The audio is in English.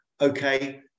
okay